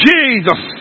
Jesus